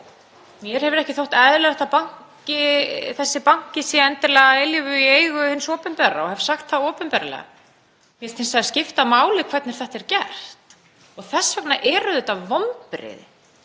Mér hefur ekki þótt eðlilegt að þessi banki sé endilega að eilífu í eigu hins opinbera og hef sagt það opinberlega. Mér finnst hins vegar skipta máli hvernig þetta er gert og þess vegna eru þetta vonbrigði,